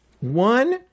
One